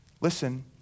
listen